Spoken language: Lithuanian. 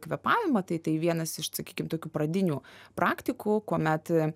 kvėpavimą tai tai vienas iš sakykim tokių pradinių praktikų kuomet